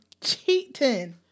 cheating